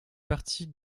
partie